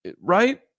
right